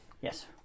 Yes